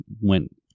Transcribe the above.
went